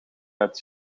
het